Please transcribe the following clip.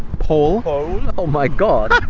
pole? oh my god.